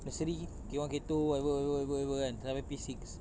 nursery K one K two whatever whatever whatever kan sampai P six